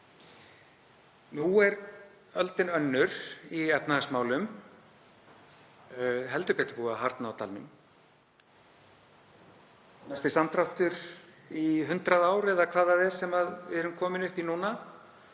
Nú er öldin önnur í efnahagsmálum, heldur betur búið að harðna á dalnum, mesti samdráttur í 100 ár eða hvað það er sem við erum komin upp í núna.